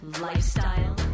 lifestyle